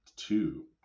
two